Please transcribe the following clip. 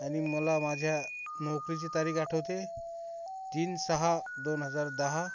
आणि मला माझ्या नोकरीची तारीख आठवते तीन सहा दोन हजार दहा